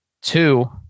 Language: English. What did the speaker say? Two